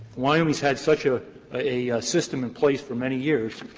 wyoming has had such a a system in place for many years,